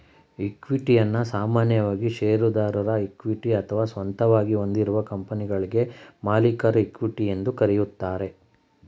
ಇಕ್ವಿಟಿಯನ್ನ ಸಾಮಾನ್ಯವಾಗಿ ಶೇರುದಾರರ ಇಕ್ವಿಟಿ ಅಥವಾ ಸ್ವಂತವಾಗಿ ಹೊಂದಿರುವ ಕಂಪನಿಗಳ್ಗೆ ಮಾಲೀಕರ ಇಕ್ವಿಟಿ ಎಂದು ಕರೆಯುತ್ತಾರೆ